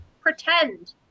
pretend